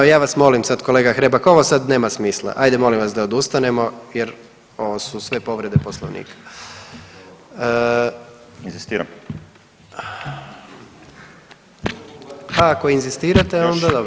I ja vas molim sad kolega Hrebak ovo sad nema smisla, ajde molim vas da odustanemo jer ovo su sve povrede poslovnika [[Upadica Hrebak: Inzistiram.]] A ako inzistirate onda dobro.